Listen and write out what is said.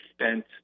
spent